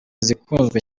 zikunzwe